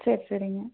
சரி சரிங்க